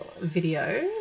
video